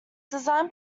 designed